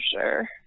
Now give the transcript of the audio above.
sure